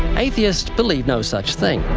atheists believe no such thing.